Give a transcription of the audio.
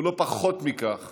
ולא פחות מכך